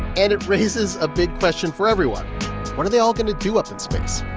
and it raises a big question for everyone what are they all going to do up in space?